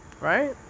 Right